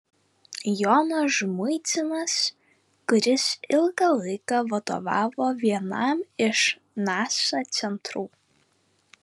jonas žmuidzinas kuris ilgą laiką vadovavo vienam iš nasa centrų